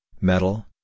metal